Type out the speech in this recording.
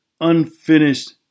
unfinished